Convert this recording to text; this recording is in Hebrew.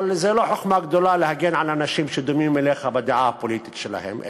אבל זו לא חוכמה גדולה להגן על אנשים שדומים לך בדעה הפוליטית שלהם,